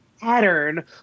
pattern